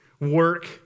work